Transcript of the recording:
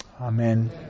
Amen